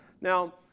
Now